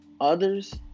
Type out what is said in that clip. Others